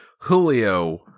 Julio